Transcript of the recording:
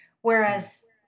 Whereas